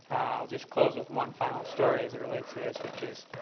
i'll just close with one final story as it relates to this which is